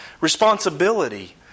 responsibility